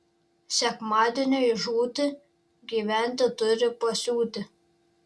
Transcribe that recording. sekmadieniui žūti gyventi turi pasiūti